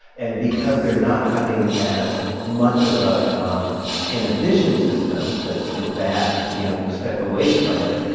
and because they're not having as much of a um inhibition system, that's the bad you know, step away from it.